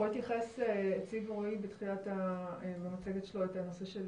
רועי הציג במצגת שלו את הנושא של